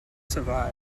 survive